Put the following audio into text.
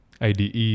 IDE